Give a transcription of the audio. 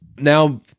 Now